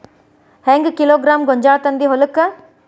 ಹೆಂಗ್ ಕಿಲೋಗ್ರಾಂ ಗೋಂಜಾಳ ತಂದಿ ಹೊಲಕ್ಕ?